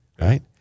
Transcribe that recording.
Right